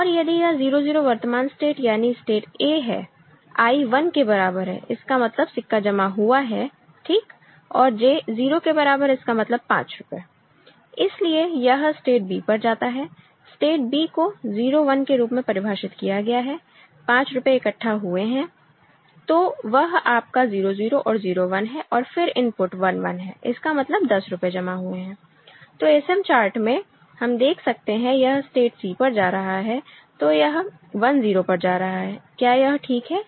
और यदि यह 0 0 वर्तमान स्टेट यानी स्टेट a है I 1 के बराबर है इसका मतलब सिक्का जमा हुआ है ठीक और J 0 के बराबर है इसका मतलब 5 रुपए इसलिए यह स्टेट b पर जाता है स्टेट b को 0 1 के रूप में परिभाषित किया गया है 5 रुपए इकट्ठा हुएतो वह आपका 0 0 और 0 1 है और फिर इनपुट 1 1 है इसका मतलब 10 रुपए जमा हुए हैं तो ASM चार्ट में हम देख सकते हैं यह स्टेट c पर जा रहा है तो यह 1 0 पर जा रहा है क्या यह ठीक है